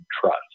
trust